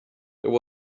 there